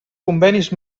convenis